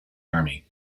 army